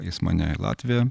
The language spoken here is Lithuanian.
jis mane į latviją